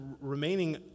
remaining